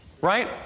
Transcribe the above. Right